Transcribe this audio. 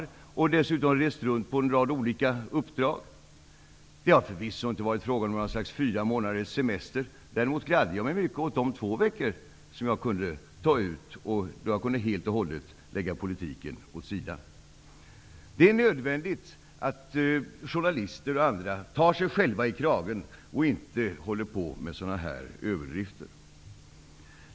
De har inte heller sett när vi har rest runt på en rad olika uppdrag. Det har förvisso inte varit fråga om fyra månaders semester. Däremot gladde jag mig mycket åt de två veckor som jag kunde ta ut då jag helt och hållet kunde lägga politiken åt sidan. Det är nödvändigt att journalister och andra tar sig själva i kragen och inte håller på med sådana här överdrifter.